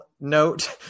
note